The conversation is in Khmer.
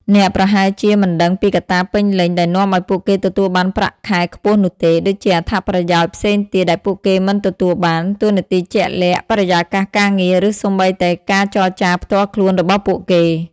អ្នកប្រហែលជាមិនដឹងពីកត្តាពេញលេញដែលនាំឲ្យពួកគេទទួលបានប្រាក់ខែខ្ពស់នោះទេ ដូចជាអត្ថប្រយោជន៍ផ្សេងទៀតដែលពួកគេមិនទទួលបាន តួនាទីជាក់លាក់ បរិយាកាសការងារ ឬសូម្បីតែការចរចាផ្ទាល់ខ្លួនរបស់ពួកគេ។